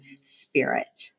spirit